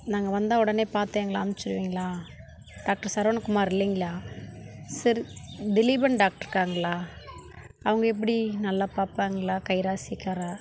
நாங்கள் வந்தால் உடனே பார்த்து எங்களை அனுப்பிச்சிடுவீங்களா டாக்டர் சரவண குமார் இல்லைங்களா சரி திலீபன் டாக்டர் இருக்காங்களா அவங்க எப்படி நல்லா பார்ப்பாங்களா கை ராசிக்காரரா